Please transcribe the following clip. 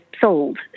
sold